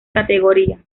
categoría